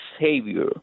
Savior